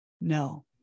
No